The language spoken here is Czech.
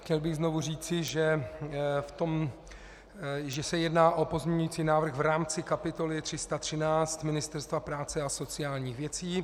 Chtěl bych znovu říci, že se jedná o pozměňující návrh v rámci kapitoly 313 Ministerstva práce a sociálních věcí.